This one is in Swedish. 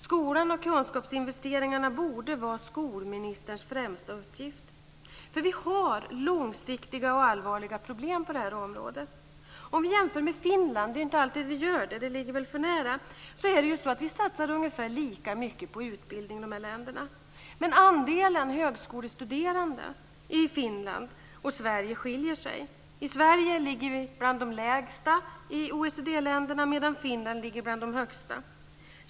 Skolan och kunskapsinvesteringarna borde vara skolministerns främsta uppgift. Vi har långsiktiga och allvarliga problem på det här området. Vi kan jämföra med Finland. Det är inte alltid vi gör det. Det ligger väl för nära. De här länderna satsar ungefär lika mycket på utbildningen, men andelen högskolestuderande i Finland och Sverige skiljer sig. I Sverige ligger andelen bland de lägsta i OECD länderna medan den i Finland ligger bland de högsta.